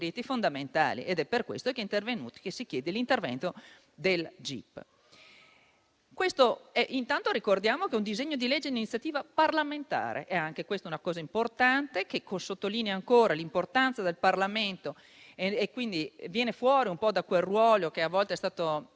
diritti fondamentali ed è per questo che si chiede l'intervento del gip. Ricordiamo che questo è un disegno di legge di iniziativa parlamentare e anche questo è un aspetto importante che sottolinea ancora l'importanza del Parlamento, che quindi si tira fuori da quel ruolo, di cui a volte è stato